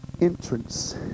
entrance